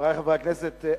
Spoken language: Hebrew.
חברי חברי הכנסת,